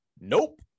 nope